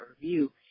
review